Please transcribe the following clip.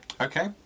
Okay